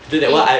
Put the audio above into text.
eh